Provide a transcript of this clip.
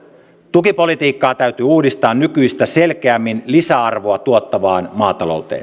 tukipolitiikkaa täytyy uudistaa nykyistä selkeämmin lisäarvoa tuottavaan maatalouteen